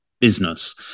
business